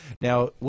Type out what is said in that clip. Now